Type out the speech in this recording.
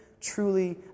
truly